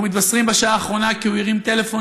אנחנו מתבשרים בשעה האחרונה כי הוא הרים טלפון